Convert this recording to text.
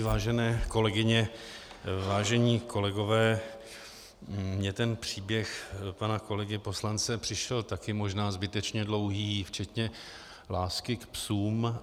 Vážené kolegyně, vážení kolegové, mě ten příběh pana kolegy poslance přišel také možná zbytečně dlouhý včetně lásky k psům.